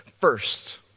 first